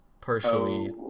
partially